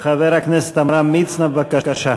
חבר הכנסת עמרם מצנע, בבקשה.